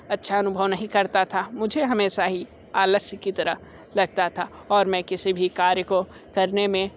अच्छा अनुभव नहीं करता था मुझे हमेशा ही आलस की तरह लगता था और मैं किसी भी कार्य को करने में